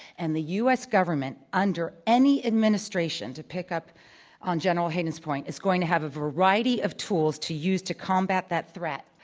and the u. s. government, under any administration, to pick up on general hayden's point, is going to have a variety of tools to use to combat that threat,